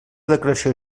declaració